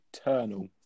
Eternal